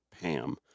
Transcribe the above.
Pam